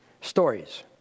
Stories